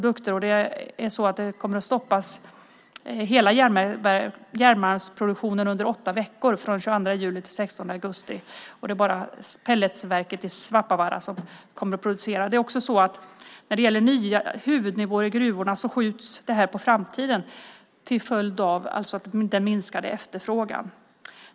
Hela järnmalmsproduktionen kommer att stoppas under åtta veckor från den 22 juni till den 16 augusti, det är bara pelletverket i Svappavaara som kommer att producera. När det gäller nya huvudnivåer i gruvorna skjuts det hela på framtiden till följd av den minskade efterfrågan.